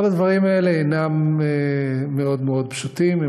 אבל הדברים אינם פשוטים, מאוד מאוד.